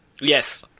Yes